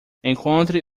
encontre